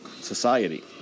society